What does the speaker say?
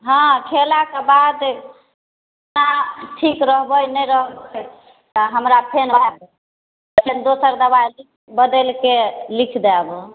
हँ खेलाके बाद आ ठीक रहबै नहि रहबै तऽ हमरा फेर अहाँ कहब तऽ हम दोसर दवाइ बदलि कऽ लिख देब